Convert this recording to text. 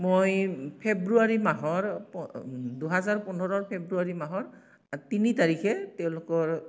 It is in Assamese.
মই ফেব্ৰুৱাৰী মাহৰ দুহেজাৰ পোন্ধৰৰ ফেব্ৰুৱাৰী মাহৰ তিনি তাৰিখে তেওঁলোকৰ